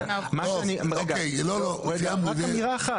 רק אמירה אחת.